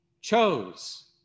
chose